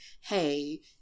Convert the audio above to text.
hey